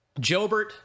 Jobert